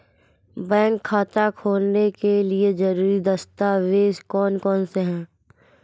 Bank खाता खोलने के लिए ज़रूरी दस्तावेज़ कौन कौनसे हैं?